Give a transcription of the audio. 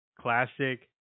Classic